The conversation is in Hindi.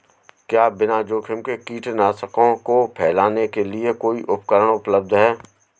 क्या बिना जोखिम के कीटनाशकों को फैलाने के लिए कोई उपकरण उपलब्ध है?